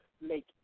make